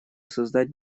создать